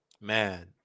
Man